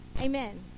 Amen